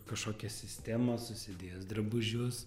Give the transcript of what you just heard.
kažkokią sistemą susidėjęs drabužius